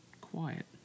quiet